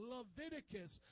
Leviticus